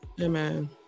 Amen